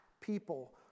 people